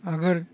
आगोल